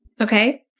Okay